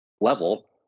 level